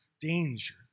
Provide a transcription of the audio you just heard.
danger